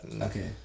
Okay